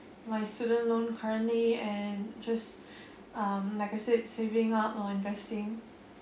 my student loan currently and just um like I said saving up or investing